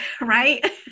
right